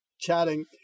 chatting